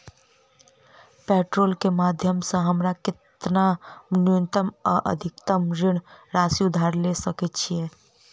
Portal केँ माध्यम सऽ हमरा केतना न्यूनतम आ अधिकतम ऋण राशि उधार ले सकै छीयै?